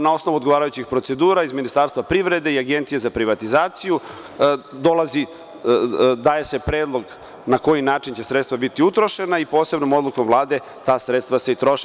Na osnovu odgovarajućih procedura iz Ministarstva privrede i Agencije za privatizaciju, daje se predlog na koji način će sredstva biti utrošena i posebnom odlukom Vlade ta sredstva se i troše.